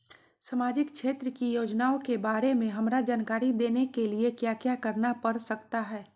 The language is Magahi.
सामाजिक क्षेत्र की योजनाओं के बारे में हमरा जानकारी देने के लिए क्या क्या करना पड़ सकता है?